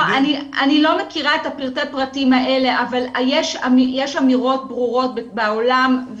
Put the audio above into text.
אני לא מכירה את פרטי הפרטים האלה אבל יש אמירות ברורות בעולם,